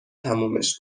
تمومش